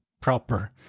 proper